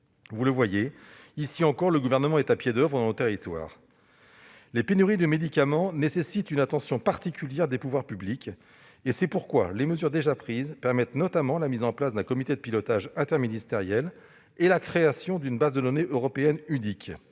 Vous le voyez : ici encore, le Gouvernement est à pied d'oeuvre dans nos territoires. Les pénuries de médicaments nécessitent une attention particulière des pouvoirs publics, et les mesures déjà prises sont, de ce point de vue, intéressantes ; la mise en place d'un comité de pilotage interministériel et la création d'une base de données européenne unique